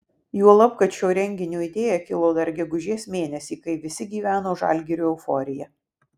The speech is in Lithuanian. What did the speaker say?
juolab kad šio renginio idėja kilo dar gegužės mėnesį kai visi gyveno žalgirio euforija